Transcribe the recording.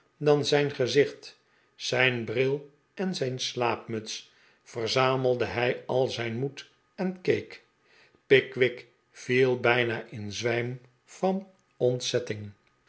dan zijn gezicht zijn bril en zijn slaapmuts verzamelde hij al zijn moed en keek pickwick yiel bijna in zwijm van ontzetting